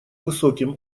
высоким